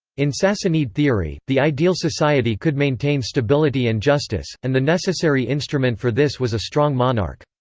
in sassanid theory, the ideal society could maintain stability and justice, and the necessary instrument for this was a strong monarch.